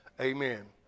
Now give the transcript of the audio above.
Amen